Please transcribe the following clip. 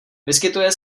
vyskytuje